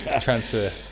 Transfer